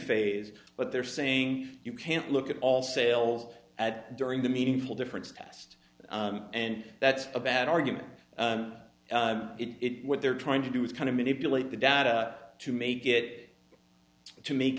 phase but they're saying you can't look at all sales at during the meaningful difference cast and that's a bad argument it what they're trying to do is kind of manipulate the data to make it to make